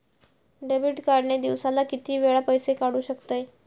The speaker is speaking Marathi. डेबिट कार्ड ने दिवसाला किती वेळा पैसे काढू शकतव?